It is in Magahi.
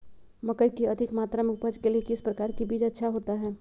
मकई की अधिक मात्रा में उपज के लिए किस प्रकार की बीज अच्छा होता है?